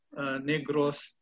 Negros